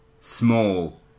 small